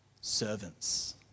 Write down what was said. servants